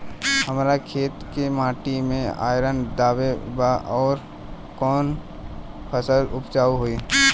हमरा खेत के माटी मे आयरन जादे बा आउर कौन फसल उपजाऊ होइ?